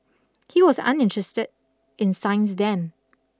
he was uninterested in science then